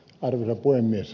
arvoisa puhemies